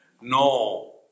No